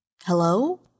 Hello